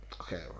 okay